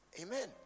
Amen